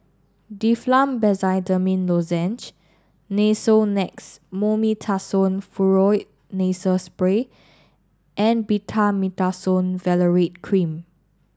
Difflam Benzydamine Lozenges Nasonex Mometasone Furoate Nasal Spray and Betamethasone Valerate Cream